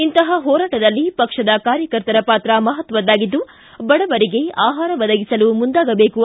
ಇಂತಹ ಹೋರಾಟದಲ್ಲಿ ಪಕ್ಷದ ಕಾರ್ಯಕರ್ತರ ಪಾತ್ರ ಮಹತ್ವದಾಗಿದ್ದು ಬಡವರಿಗೆ ಆಹಾರ ಒದಗಿಸಲು ಮುಂದಾಗಬೇಕು